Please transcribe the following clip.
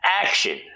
Action